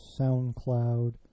SoundCloud